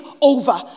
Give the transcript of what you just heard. over